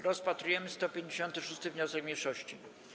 Rozpatrujemy 159. wniosek mniejszości.